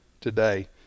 today